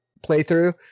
playthrough